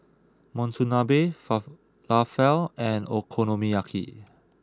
Monsunabe Falafel and Okonomiyaki